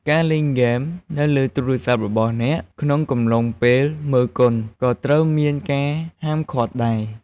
ការលេងហ្គេមនៅលើទូរស័ព្ទរបស់អ្នក ក្នុងកំឡុងពេលមើលកុន ក៍ត្រូវមានការហាមឃាត់ដែរ។